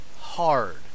hard